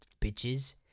bitches